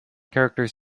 characters